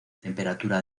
temperatura